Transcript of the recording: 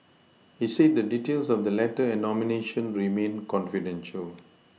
he said the details of the letter and nomination remain confidential